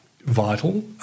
vital